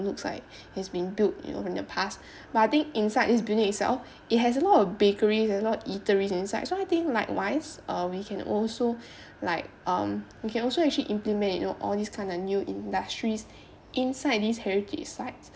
it looks like it has been built you know in the past but I think inside this building itself it has a lot of bakeries it has a lot of eateries inside so I think like once we can also like um we can also actually implement you know all these kind of new industries inside these heritage sites